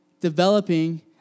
developing